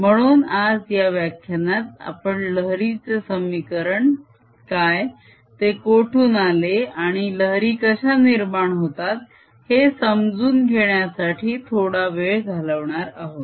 म्हणून आज या व्याख्यानात आपण लहरीचे समीकरण काय ते कोठून आले आणि लहरी कश्या निर्माण होतात हे समजून घेण्यासाठी थोडा वेळ घालवणार आहोत